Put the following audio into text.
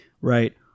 right